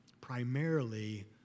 Primarily